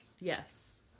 yes